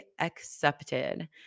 accepted